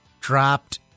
Dropped